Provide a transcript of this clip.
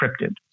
encrypted